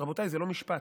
רבותיי, זה לא משפט,